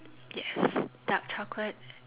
yes dark chocolate